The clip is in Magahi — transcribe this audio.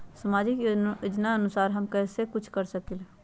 सामाजिक योजनानुसार हम कुछ कर सकील?